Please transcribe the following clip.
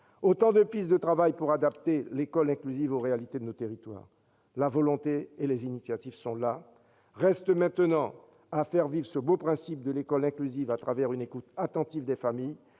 Autant de pistes de travail pour adapter l'école inclusive aux réalités de nos territoires. La volonté et les initiatives sont là. Reste maintenant à faire vivre ce beau principe de l'école inclusive, grâce à une écoute attentive des familles,